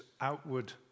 outward